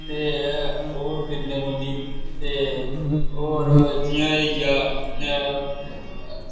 ते ओह् खरीदने पौंदी ते होर जि'यां एह् होई गेआ